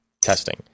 testing